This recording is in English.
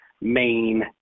main